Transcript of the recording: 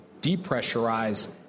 depressurize